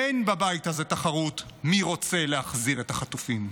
אין בבית הזה תחרות מי רוצה להחזיר החטופים,